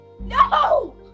No